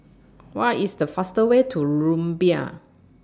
What IS The fastest Way to Rumbia